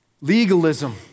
Legalism